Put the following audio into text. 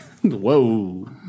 Whoa